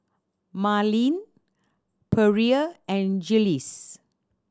Marlene Perla and Jiles